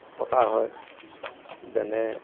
পতা হয় যেনে